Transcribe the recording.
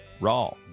Raw